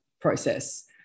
process